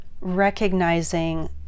recognizing